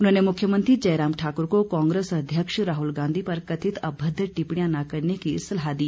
उन्होंने मुख्यमंत्री जयराम ठाकुर को कांग्रेस अध्यक्ष राहुल गांधी पर कथित अभद्र टिप्पणियां न करने की सलाह दी